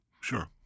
Sure